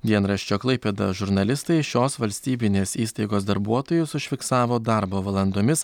dienraščio klaipėda žurnalistai šios valstybinės įstaigos darbuotojus užfiksavo darbo valandomis